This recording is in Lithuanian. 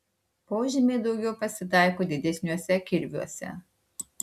požymiai daugiau pasitaiko didesniuose kirviuose